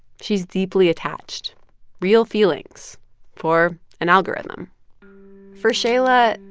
she's deeply attached real feelings for an algorithm for shaila,